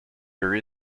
there